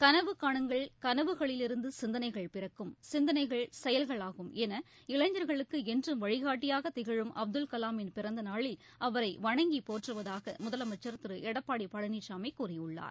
கனவு கானுங்கள் கனவுகளிலிருந்து சிந்தனைகள் பிறக்கும் சிந்தனைகள் செயல்களாகும் என இளைஞர்களுக்கு என்றும் வழிகாட்டியாகத் திகழும் அப்துல் கலாமின் பிறந்த நாளில் அவரை வணங்கி போற்றுவதாக முதலமைச்சா் திரு எடப்பாடி பழனிசாமி கூறியுள்ளார்